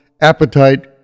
Appetite